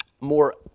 more